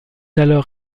alors